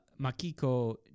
makiko